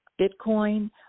Bitcoin